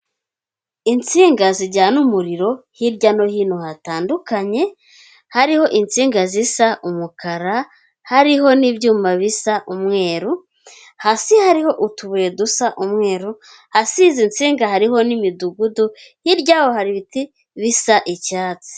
Insinga zijyana umuriro hirya no hino hatandukanye, hariho insinga zisa umukara, hariho n'ibyuma bisa umweru, hasi hariho utubuye dusa umweru, hasi y'izi nsinga hariho n'imidugudu hirya yaho hari ibiti bisa icyatsi.